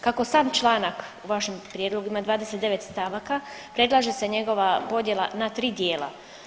Kako sam članak u vašem prijedlogu ima 29 stavaka predlaže se njegova podjela na 3 dijela.